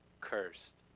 cursed